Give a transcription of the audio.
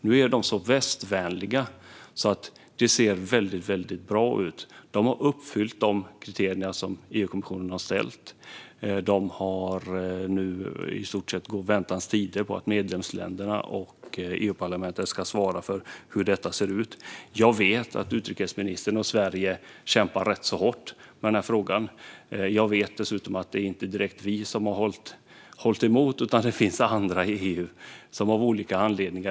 Nu är de så västvänliga att det ser väldigt, väldigt bra ut. De har uppfyllt de kriterier som EU-kommissionen har ställt upp. De går nu i stort sett i väntans tider när det gäller att medlemsländerna och EU-parlamentet ska svara för hur detta ser ut. Jag vet att utrikesministern och Sverige kämpar rätt så hårt med den här frågan. Jag vet dessutom att det inte direkt är vi som har hållit emot, utan det finns andra i EU som gör det av olika anledningar.